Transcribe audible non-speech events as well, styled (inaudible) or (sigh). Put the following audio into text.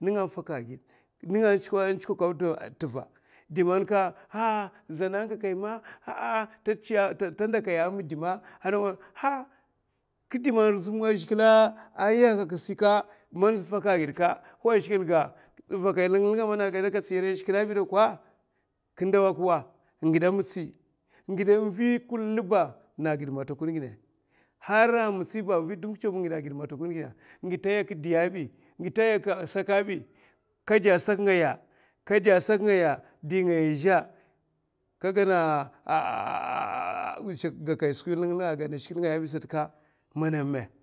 nènga a faka agid nènga a tsuko ka a tèva di man ah zana gakayè ma ah tandakayè a midè ma, (hesitation) kè di man zhigilè ayaka aman aman faka a gid wa zhigilè ga vakay linlinga mènè aka tsiri a zhigilè bèka ka ndawa aka wa ngidè a mitsi. ngidè vi kula ba na gidè matakun gidnè ngidè vi dumbuk chèw ba na matakun ha mitsi, ngidè tayaka di diy abi ngidè tayakada sak abi ama kadè sak ngaya, di ngaya azhè aman ka gada (hesitation) ga kaya skwi linlinga aka gayna zhigilè ngaya bi ka mana mè